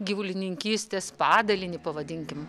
gyvulininkystės padalinį pavadinkim